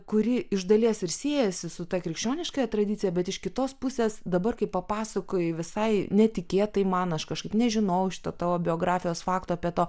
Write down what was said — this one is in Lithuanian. kuri iš dalies ir siejasi su ta krikščioniškąja tradicija bet iš kitos pusės dabar kai papasakojai visai netikėtai man aš kažkaip nežinojau šito tavo biografijos fakto apie to